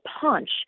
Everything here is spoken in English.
punch